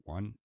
One